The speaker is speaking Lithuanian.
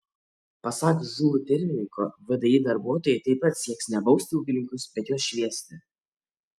pasak žūr pirmininko vdi darbuotojai taip pat sieks ne bausti ūkininkus bet juos šviesti